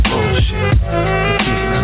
Bullshit